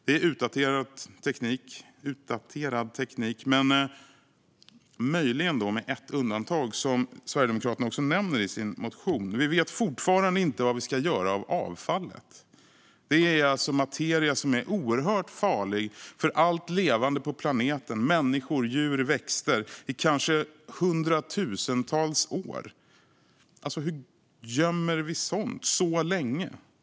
Det är utdaterad teknik, möjligen med ett undantag, som Sverigedemokraterna också nämner i sin motion: Vi vet fortfarande inte vad vi ska göra av avfallet. Det är materia som är oerhört farlig för allt levande på planeten, människor, djur och växter, i kanske hundratusentals år. Hur gömmer vi sådant under så lång tid?